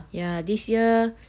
ya this year